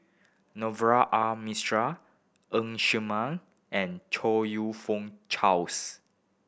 Navroji R Mistri Ng Ser Miang and Chong You Fook Charles